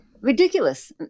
Ridiculous